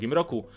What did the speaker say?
roku